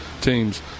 teams